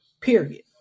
period